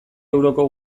euroko